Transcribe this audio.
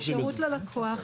--- שירות ללקוח.